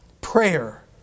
Prayer